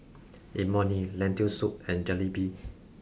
Imoni Lentil Soup and Jalebi